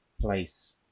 place